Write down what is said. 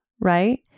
right